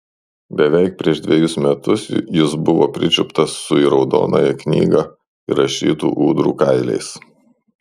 beveik prieš dvejus metus jis buvo pričiuptas su į raudonąją knygą įrašytų ūdrų kailiais